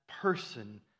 person